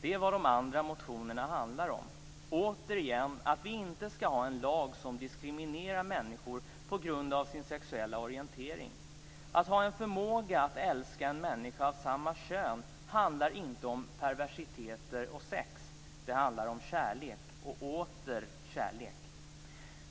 Det är vad de andra motionerna handlar om; återigen att vi inte skall ha en lag som diskriminerar människor på grund av deras sexuella orientering. Att ha en förmåga att älska en människa av samma kön handlar inte om perversiteter och sex. Det handlar om kärlek och åter kärlek.